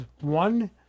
one